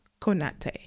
Conate